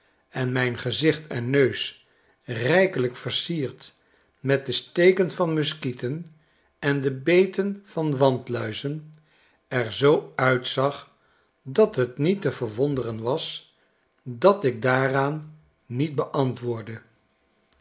en mijn gezicht en neusrijkelijk versierd met de steken van muskieten en de beten van wandluizen er zoo uitzag dat het niet te verwonderen was dat ik daaraan niet beantwoordde